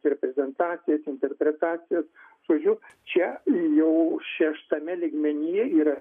reprezentacijas interpretacijas žodžiu čia jau šeštame lygmenyje yra